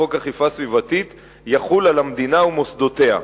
חוק אכיפה סביבתית יחול על המדינה ומוסדותיה.